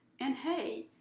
and hey,